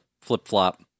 flip-flop